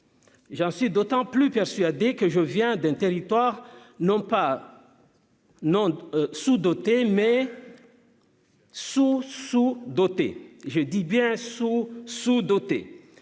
j'en suis d'autant plus persuadé que je viens d'un territoire non pas non sous-dotées mais. Sous sous. Doté, je dis bien sous sous-et